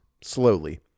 slowly